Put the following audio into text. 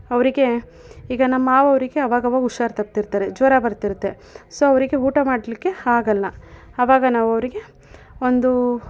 ಅವರಿಗೆ ಈಗ ನಮ್ಮ ಮಾವನವ್ರಿಗೆ ಆವಾಗಾವಾಗ ಹುಷಾರು ತಪ್ತಿರ್ತಾರೆ ಜ್ವರ ಬರ್ತಿರುತ್ತೆ ಸೊ ಅವರಿಗೆ ಊಟ ಮಾಡಲಿಕ್ಕೆ ಆಗೋಲ್ಲ ಅವಾಗ ನಾವು ಅವರಿಗೆ ಒಂದು